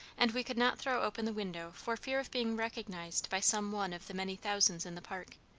and we could not throw open the window for fear of being recognized by some one of the many thousands in the park.